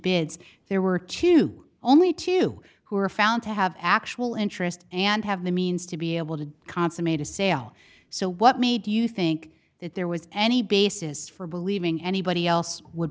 bids there were two only two who were found to have actual interest and have the means to be able to consummate a sale so what made you think that there was any basis for believing anybody else w